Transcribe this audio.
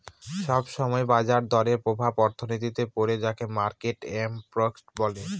সব সময় বাজার দরের প্রভাব অর্থনীতিতে পড়ে যাকে মার্কেট ইমপ্যাক্ট বলে